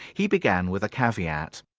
he began with a caveat.